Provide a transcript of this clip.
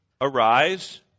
Arise